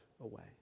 away